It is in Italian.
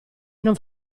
non